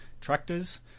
Tractors